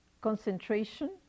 concentration